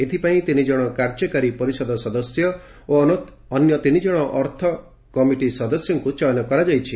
ଏଥିପାଇଁ ତିନି ଜଣ କାର୍ଯ୍ୟକାରୀ ପରିଷଦ ସଦସ୍ୟ ଓ ଅନ୍ୟ ତିନିଜଣ ଅର୍ଥ କମିଟି ସଦସ୍ୟଙ୍କ ଚୟନ କରାଯାଇଛି